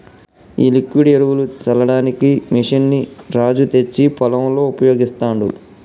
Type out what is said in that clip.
ఈ లిక్విడ్ ఎరువులు సల్లడానికి మెషిన్ ని రాజు తెచ్చి పొలంలో ఉపయోగిస్తాండు